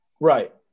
right